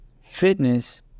fitness